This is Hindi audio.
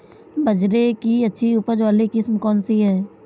बाजरे की अच्छी उपज वाली किस्म कौनसी है?